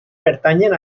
pertanyen